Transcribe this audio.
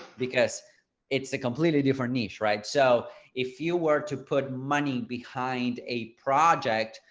because it's a completely different niche, right. so if you were to put money behind a project,